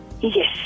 Yes